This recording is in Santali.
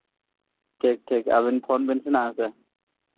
ᱴᱷᱤᱠ ᱴᱷᱤᱠ ᱟᱹᱵᱤᱱ ᱯᱷᱳᱱ ᱵᱮᱱ ᱥᱮ ᱦᱟᱸᱜ ᱥᱮ